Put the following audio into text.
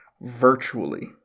virtually